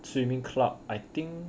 swimming club I think